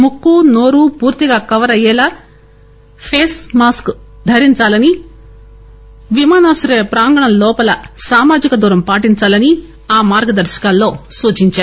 ముక్కు నోరు పూర్తిగా కవర్ అయ్యే లాగాఫెస్ మాస్క్ ధరించాలని విమానాశ్రయ ప్రాంగణం లోపల సామాజిక దూరం పాటించాలని ఆ మార్గదర్శకాల్లో సూచించారు